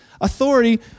authority